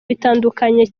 bitandukanye